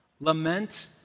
Lament